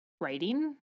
writing